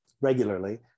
regularly